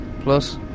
Plus